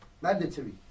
mandatory